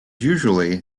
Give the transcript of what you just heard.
usually